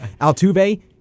Altuve